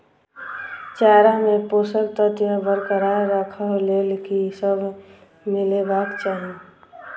चारा मे पोसक तत्व बरकरार राखै लेल की सब मिलेबाक चाहि?